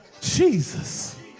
Jesus